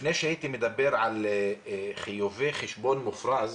לפני שהייתי מדבר על חיובי חשבון מופרז